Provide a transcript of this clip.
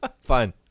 fine